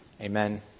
Amen